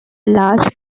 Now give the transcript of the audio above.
large